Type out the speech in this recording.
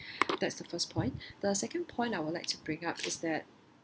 that's the first point the second point I will like to bring up is that